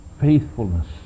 faithfulness